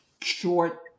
short